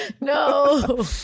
no